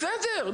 בסדר.